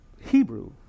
Hebrew